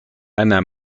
hana